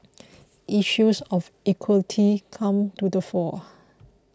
issues of equity come to the fore